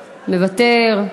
מוותר,